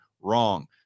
Wrong